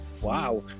Wow